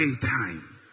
daytime